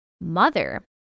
mother